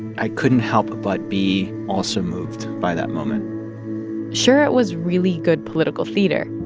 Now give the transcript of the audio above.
i couldn't help but be also moved by that moment sure, it was really good political theater,